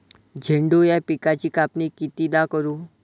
झेंडू या पिकाची कापनी कितीदा करू?